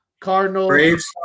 Cardinals